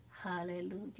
Hallelujah